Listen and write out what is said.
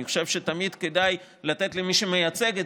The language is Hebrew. אני חושב שתמיד כדאי לתת למי שמייצג את